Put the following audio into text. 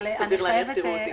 אז סביר להניח שתראו אותי.